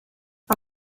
mae